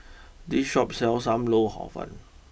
this Shop sells Sam Lau Hor fun